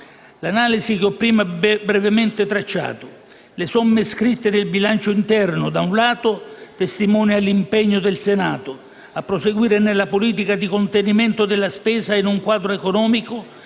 L'analisi che ho prima brevemente tracciato delle somme iscritte nel bilancio interno, da un lato, testimonia l'impegno del Senato a proseguire nella politica di contenimento della spesa in un quadro economico